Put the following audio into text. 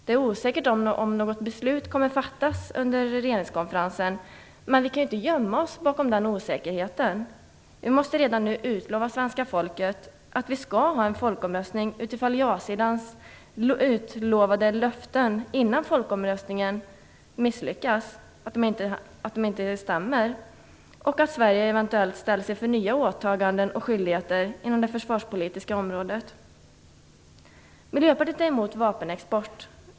Det är osäkert om något beslut kommer att fattas under regeringskonferensen, men vi kan inte gömma oss bakom den osäkerheten. Vi måste redan nu lova svenska folket att vi skall ha en folkomröstning utifall ja-sidan misslyckas att leva upp till sina löften inför den tidigare folkomröstningen och utifall Sverige ställs inför nya åtaganden och skyldigheter inom det försvarspolitiska området. Miljöpartiet är emot vapenexport.